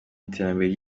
iterambere